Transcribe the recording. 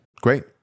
Great